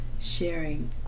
sharing